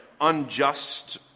unjust